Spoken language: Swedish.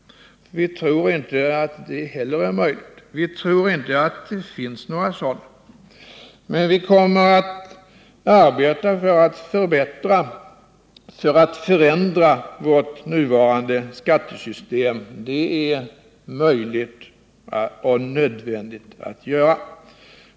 Vi tror inte heller det är möjligt, för vi tror inte att det finns några sådana. Men vi kommer att arbeta för att förbättra och förändra vårt nuvarande skattesystem. Det är möjligt och nödvändigt.